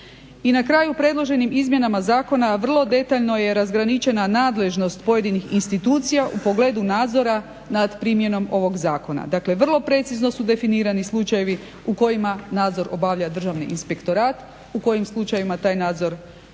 I na kraju, predloženim izmjenama zakona vrlo detaljno je razgraničena nadležnost pojedinih institucija u pogledu nadzora nad primjenom ovog zakona. Dakle, vrlo precizno su definirani slučajevi u kojima nadzor obavlja Državni inspektorat, u kojim slučajevima taj nadzor obavlja